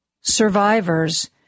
survivors